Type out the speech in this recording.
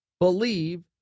believe